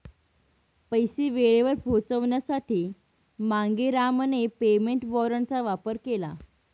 पैसे वेळेवर पोहोचवण्यासाठी मांगेरामने पेमेंट वॉरंटचा वापर केला